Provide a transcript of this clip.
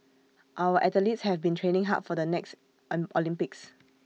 our athletes have been training hard for the next an Olympics